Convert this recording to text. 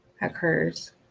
occurs